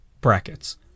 brackets